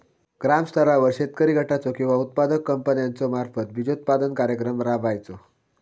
ग्रामस्तरावर शेतकरी गटाचो किंवा उत्पादक कंपन्याचो मार्फत बिजोत्पादन कार्यक्रम राबायचो?